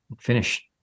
finish